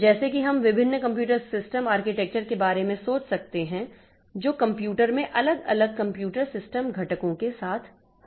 तो जैसे कि हम विभिन्न कंप्यूटर सिस्टम आर्किटेक्चर के बारे में सोच सकते हैं जो कंप्यूटर में अलग अलग कंप्यूटर सिस्टम घटकों के साथ होते हैं